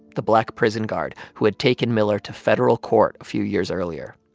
the black prison guard who had taken miller to federal court a few years earlier.